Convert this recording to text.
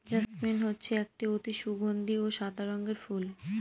jasmine হচ্ছে একটি অতি সগন্ধি ও সাদা রঙের ফুল